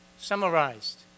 summarized